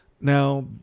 Now